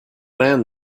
land